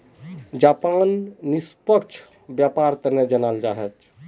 Japan निष्पक्ष व्यापारेर तने जानाल जा छेक